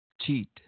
cheat